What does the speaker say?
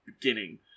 beginning